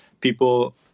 people